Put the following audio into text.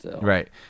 Right